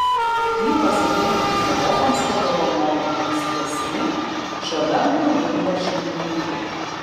jį pasieniečių kinologams padovanojo ankstesni šio vengrų vižlo šeimininkai